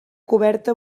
coberta